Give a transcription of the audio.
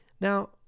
Now